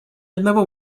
одного